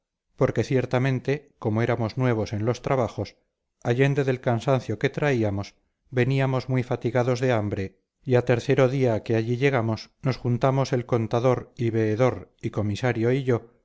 porque ciertamente como éramos nuevos en los trabajos allende del cansancio que traíamos veníamos muy fatigados de hambre y a tercero día que allí llegamos nos juntamos el contador y veedor y comisario y yo